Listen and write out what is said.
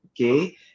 okay